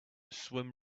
swim